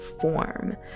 form